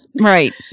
Right